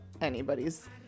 anybody's